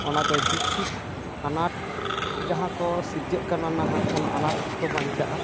ᱚᱱᱟᱫᱚ ᱡᱩᱜᱽ ᱡᱩᱜᱽ ᱟᱱᱟᱴ ᱡᱟᱦᱟᱸ ᱠᱚ ᱥᱤᱨᱡᱟᱹᱜ ᱠᱟᱱᱟ ᱱᱟᱦᱟᱜ ᱚᱱᱟ ᱟᱱᱟᱴ ᱠᱷᱚᱡ ᱠᱚ ᱵᱟᱧᱪᱟᱜᱼᱟ